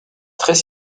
très